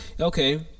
okay